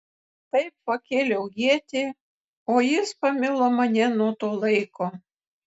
taip pakėliau ietį o jis pamilo mane nuo to laiko